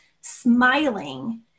smiling